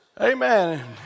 Amen